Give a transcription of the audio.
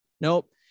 Nope